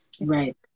right